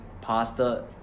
pasta